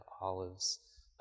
Olives